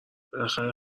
بالاخره